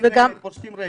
ופושטים רגל.